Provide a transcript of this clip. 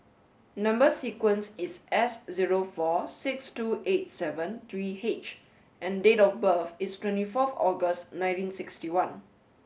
number sequence is S zero four six two eight seven three H and date of birth is twenty four August nineteen sixty one